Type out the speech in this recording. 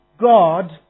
God